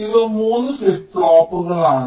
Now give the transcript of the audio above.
ഇവ 3 ഫ്ലിപ്പ് ഫ്ലോപ്പുകളാണ്